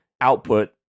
output